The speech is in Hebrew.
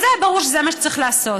אבל היה ברור שזה מה שצריך לעשות.